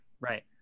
right